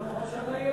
בעוד שנה יהיה טוב,